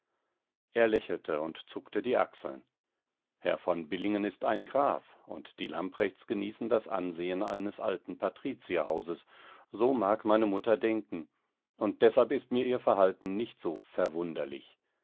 er lächelte und zuckte die achseln herr von billingen ist ein graf und die lamprechts genießen das ansehen eines alten patrizierhauses so mag meine mutter denken und deshalb ist mir ihr verhalten nicht so verwunderlich